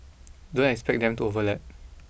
don't expect them to overlap